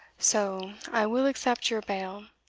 so i will accept your bail,